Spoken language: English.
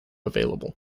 available